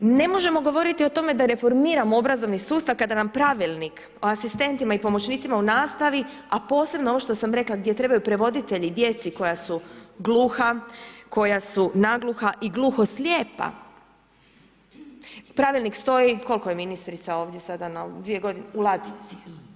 Ne možemo govoriti o tome da reformiramo obrazovni sustav kada nam Pravilnik o asistentima i pomoćnicima u nastavi a posebno ovo što sam rekla, gdje trebaju prevoditelji djeci koja su gluha, koja su nagluha i gluho-slijepa, pravilnik stoji, koliko je ministrica ovdje sada, 2 g., u ladici.